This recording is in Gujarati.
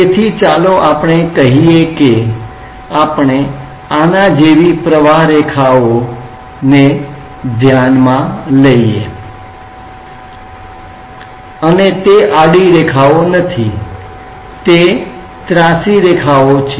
તેથી ચાલો આપણે કહીએ કે આપણે આના જેવી પ્રવાહરેખાઓ ને ધ્યાનમાં લઈએ છીએ અને તે આડી રેખાઓ નથી તે ત્રાંસી રેખાઓ છે